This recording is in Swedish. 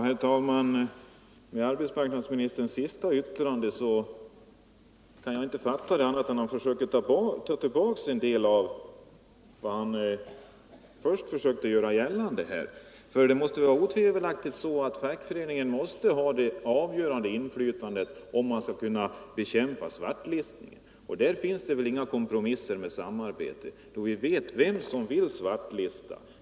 Herr talman! Arbetsmarknadsministerns senaste yttrande kan jag inte tolka annorlunda än att han försöker ta tillbaka en del av vad han tidigare sagt. Otvivelaktigt måste fackföreningen ha det avgörande inflytandet, om man skall kunna bekämpa svartlistningen. Det finns inte plats för kompromisser och ”samarbete”, då vi vet vem det är som vill svartlista.